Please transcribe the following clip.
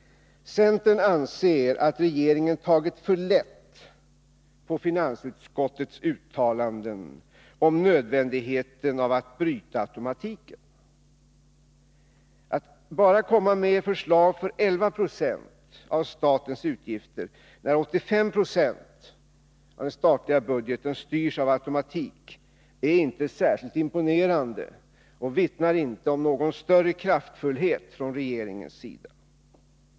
Centern anser att regeringen tagit för lätt på finansutskottets uttalanden om nödvändigheten av att bryta automatiken. Att bara lägga fram förslag för 11 70 av statens utgifter, när 85 20 av den statliga budgeten styrs av automatik, är inte särskilt imponerande och vittnar inte om någon större kraftfullhet från regeringens sida.